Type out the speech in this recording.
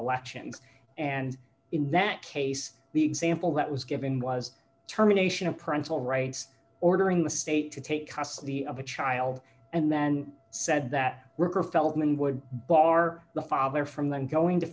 elections and in that case the example that was given was terminations of parental rights ordering the state to take custody of a child and then said that rick or feldman would bar the father from them going to